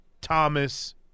Thomas